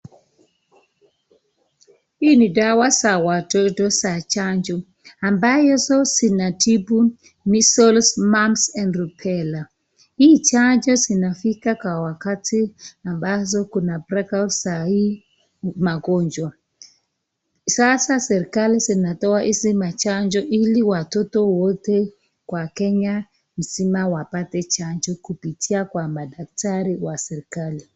Hii ni dawa za watoto za chanjo ambazo zinatibu measles mons and repelior hii chanjo zinafika kwa wakati ambazo kuna breakout za hii magonjwa sasa serikali zinatoa hizi machanjo ili watoto wote kwa kenya mzima wapate chanjo kupitia kwa madaktari wa serikali.